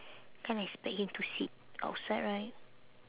can't expect him to sit outside right